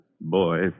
boy